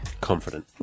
Confident